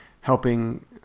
helping